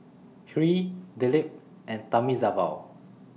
Hri Dilip and Thamizhavel